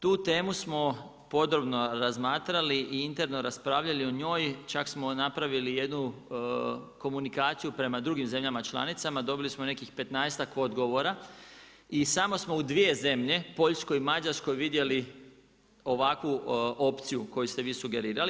Tu temu smo podrobno razmatrali i interno raspravljali o njoj, čak smo napravili jednu komunikaciju prema drugim zemljama članicama, dobili smo nekih petnaestak dogovora, i samo su u dvije zemlje, Poljskoj i Mađarskoj vidjeli ovakvu opciju koju ste vi sugerirali.